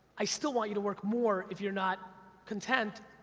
i still want you to work more, if you're not content,